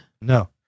No